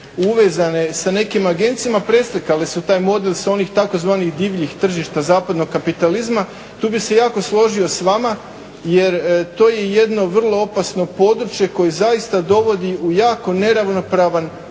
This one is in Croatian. uvezane sa nekim agencijama, preslikale su taj model sa onih tzv. divljih tržišta zapadnog kapitalizma. Tu bih se jako složio s vama jer to je jedno vrlo opasno područje koje zaista dovodi u jako neravnopravan